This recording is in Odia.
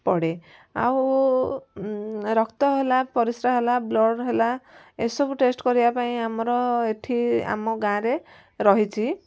ପଡ଼େ ଆଉ ରକ୍ତ ହେଲା ପରିସ୍ରା ହେଲା ବ୍ଲଡ଼୍ ହେଲା ଏସବୁ ଟେଷ୍ଟ କରିବା ପାଇଁ ଆମର ଏଠି ଆମ ଗାଁରେ ରହିଛି